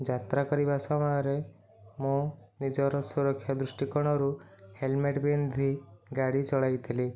ଯାତ୍ରା କରିବା ସମୟରେ ମୁ ନିଜର ସୁରକ୍ଷା ଦୃଷ୍ଟିକୋଣରୁ ହେଲ୍ମେଟ ପିନ୍ଧି ଗାଡ଼ି ଚଳାଇଥିଲି